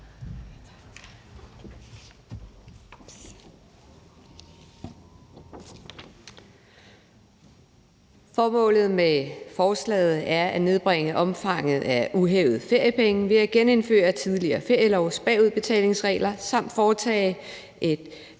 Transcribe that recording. Formålet med forslaget er at nedbringe omfanget af uhævede feriepenge ved at genindføre den tidligere ferielovs bagudbetalingsregler samt foretage en